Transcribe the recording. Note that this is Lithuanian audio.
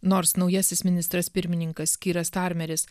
nors naujasis ministras pirmininkas kiras starmeris